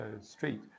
street